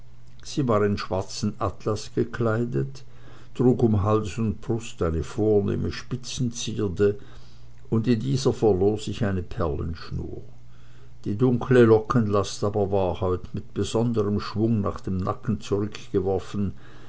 sie war in schwarzen atlas gekleidet trug um hals und brust eine vornehme spitzenzierde und in dieser verlor sich eine perlenschnur die dunkle lockenlast aber war heut mit besonderm schwunge nach dem nacken zurückgeworfen